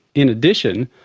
in addition,